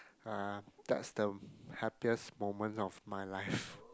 uh that's the happiest moment of my life